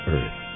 Earth